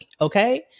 okay